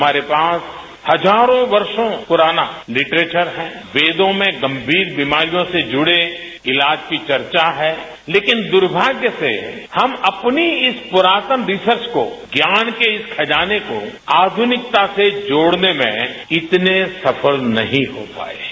हमारे पास हजारों वर्षों पुराना लिटरेचर है वेदों में गंभीर बीमारियों से जुड़े इलाज की चर्चा है लेकिन दुर्भाग्य से हम अपनी इस पुरातन रिसर्च को ज्ञान के इस खजाने को आधुनिकता से जोड़ने में इतने सफल नहीं हो पाए है